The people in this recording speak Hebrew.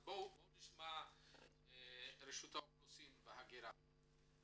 בואו נשמע את רשות האוכלוסין וההגירה,